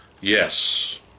Yes